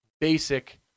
basic